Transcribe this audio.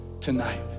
tonight